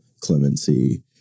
clemency